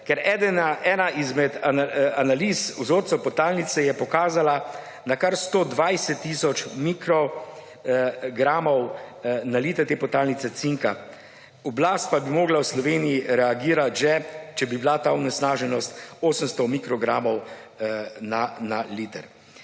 Ker ena izmed analiz vzorcev podtalnice je pokazala na kar 120 tisoč mikrogramov cinka na liter te podtalnice, oblast pa bi morala v Sloveniji reagirati že, če bi bila ta onesnaženost 800 mikrogramov na liter.